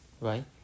right